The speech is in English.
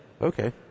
Okay